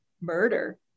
murder